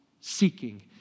seeking